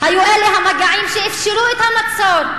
היו אלה המגעים שאפשרו את המצור.